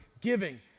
giving